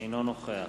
אינו נוכח